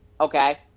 Okay